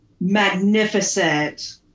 magnificent